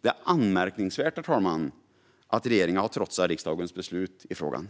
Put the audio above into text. Det är anmärkningsvärt, herr talman, att regeringen har trotsat riksdagens beslut i frågan.